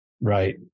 Right